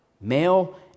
male